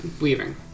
weaving